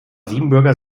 siebenbürger